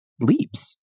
leaps